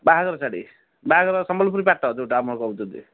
ବାହାଘର ଶାଢ଼ୀ ବାହାଘର ସମ୍ବଲପୁରୀ ପାଟ ଯେଉଁଟା ଆପଣ କହୁଛନ୍ତି